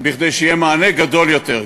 לכך שיהיה מענה גדול יותר,